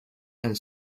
and